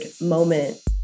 moment